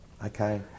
Okay